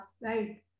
right